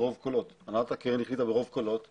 ברוב קולות